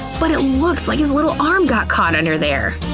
but it looks like his little arm got caught under there!